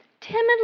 timidly